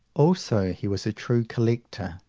also, he was a true collector,